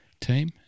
team